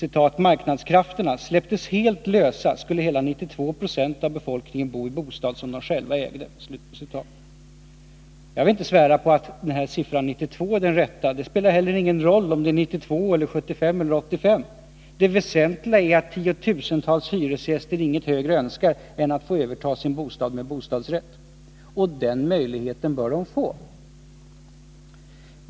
Om ”marknadskrafterna” släpptes helt lösa skulle hela 92 procent av befolkningen bo i bostad som de själva ägde.” Jag vill inte svära på att siffran 92 96 är den rätta. Det spelar heller ingen roll om det är 92 eller 85 70. Det väsentliga är att tiotusentals hyresgäster inget högre önskar än att få överta sin bostad med bostadsrätt. Den möjligheten bör de få.